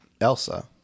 Elsa